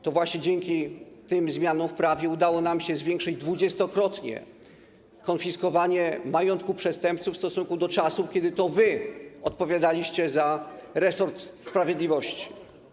To właśnie dzięki tym zmianom w prawie udało nam się dwudziestokrotnie zwiększyć konfiskowanie majątku przestępców w stosunku do czasów, kiedy to wy odpowiadaliście za resort sprawiedliwości.